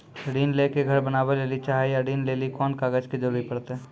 ऋण ले के घर बनावे लेली चाहे या ऋण लेली कोन कागज के जरूरी परतै?